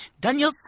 Daniel